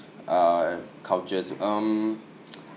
uh cultures um